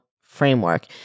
framework